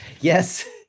yes